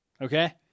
okay